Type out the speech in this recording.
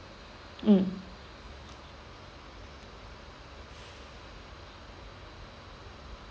mm